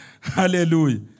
Hallelujah